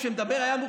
את מה שאתה מציע.